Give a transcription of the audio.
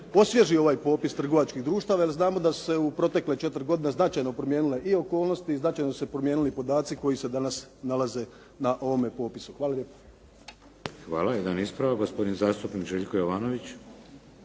osvježi ovaj popis trgovačkih društava jer znamo da su se u protekle 4 godine značajno promijenile i okolnosti i značajno su se promijenili podaci koji se danas nalaze na ovome popisu. Hvala lijepo. **Šeks, Vladimir (HDZ)** Hvala. Jedan ispravak, gospodin zastupnik Željko Jovanović.